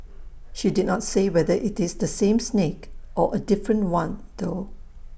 she did not say whether IT is the same snake or A different one though